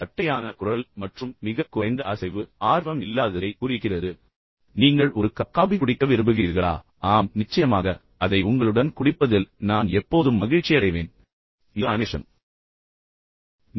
ஒரு தட்டையான குரல் மற்றும் மிகக் குறைந்த அசைவு ஆர்வம் இல்லாததைக் குறிக்கிறது நீங்கள் ஒரு கப் காபி குடிக்க விரும்புகிறீர்களா ஆம் நிச்சயமாக அதை உங்களுடன் குடிப்பதில் நான் எப்போதும் மகிழ்ச்சியடைவேன் இது அனிமேஷன்